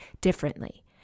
differently